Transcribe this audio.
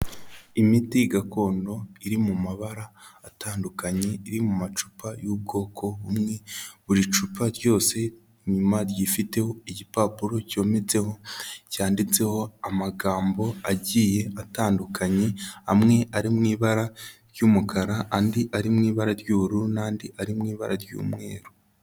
Imiti gakondo iri mu mabara atandukanye iri mu macupa y'ubwoko bumwe, buri cupa ryose inyuma ryifiteho igipapuro cyometseho, cyanditseho amagambo agiye atandukanye, amwe ari mu ibara ry'umukara, andi ari mu ibara ry'ubururu n'andi ari mu ibara ry'umweru.